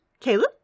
Caleb